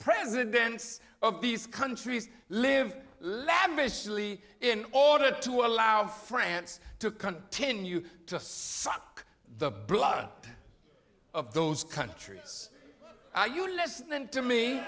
presidents of these countries live lavishly in order to allow france to continue to suck the blood of those countries are you listening to me